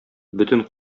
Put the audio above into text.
бөтен